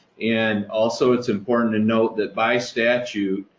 and also it's important to note that by statute,